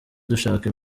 dushaka